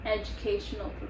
educational